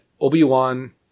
Obi-Wan